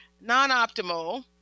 non-optimal